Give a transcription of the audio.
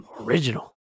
original